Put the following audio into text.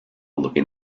looking